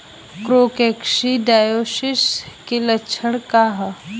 Coccidiosis के लक्षण का ह?